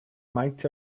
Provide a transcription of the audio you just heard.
might